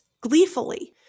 gleefully